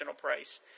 price